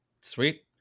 Sweet